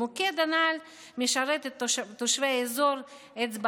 והמוקד הנ"ל משרת את תושבי אזור אצבע